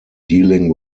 dealing